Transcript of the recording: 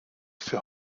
für